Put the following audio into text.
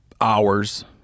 hours